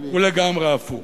ישראל הוא לגמרי הפוך.